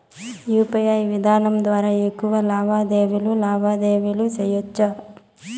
UPI విధానం ద్వారా ఎక్కువగా లావాదేవీలు లావాదేవీలు సేయొచ్చా?